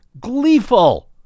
gleeful